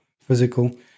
physical